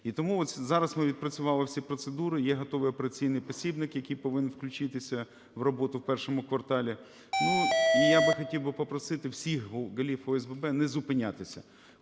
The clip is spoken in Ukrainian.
І тому от зараз ми відпрацювали всі процедури, є готовий операційний посібник, який повинен включитися в роботу в першому кварталі. Ну, і я би хотів би попросити всіх голів ОСББ не зупинятися.